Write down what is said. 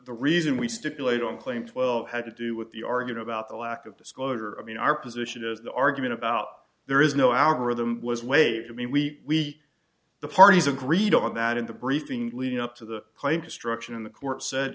e reason we stipulate on claim twelve had to do with the argued about the lack of disclosure i mean our position is the argument about there is no algorithm was waived i mean we the parties agreed on that in the briefing leading up to the claim destruction and the court said